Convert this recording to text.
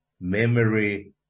memory